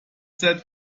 seit